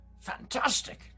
Fantastic